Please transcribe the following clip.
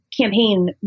campaign